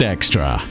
Extra